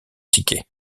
ticket